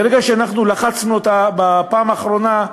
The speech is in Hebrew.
ברגע שלחצנו אותה בפעם האחרונה,